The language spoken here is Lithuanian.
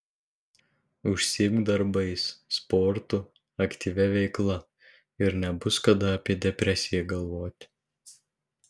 užsiimk darbais sportu aktyvia veikla ir nebus kada apie depresiją galvoti